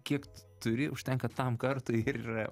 kiek turi užtenka tam kartui ir